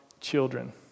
children